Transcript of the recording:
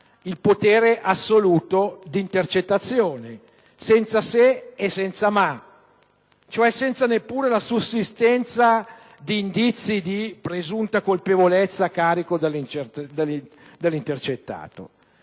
il potere assoluto di intercettazione, senza se e senza ma, cioè senza neppure la sussistenza di indizi di presunta colpevolezza a carico dell'intercettato.